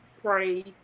pray